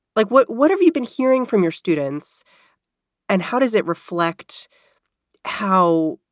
like, what what have you been hearing from your students and how does it reflect how?